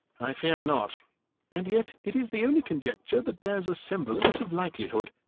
i fear not and yet it is the only conjecture that bears a semblance of likelihood.